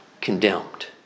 condemned